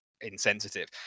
insensitive